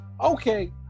Okay